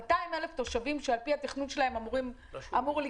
200,000 תושבים שלפי התכנון מספרם אמור לגדול